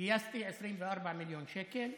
גייסתי 24 מיליון שקל,